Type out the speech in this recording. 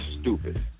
stupid